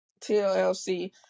TLC